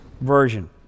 version